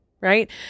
right